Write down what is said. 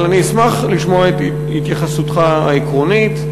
אבל אני אשמח לשמוע את התייחסותך העקרונית,